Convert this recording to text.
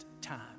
time